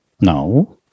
No